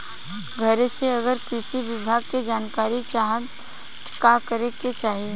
घरे से अगर कृषि विभाग के जानकारी चाहीत का करे के चाही?